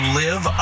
live